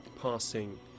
passing